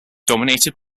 dominated